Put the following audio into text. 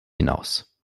hinaus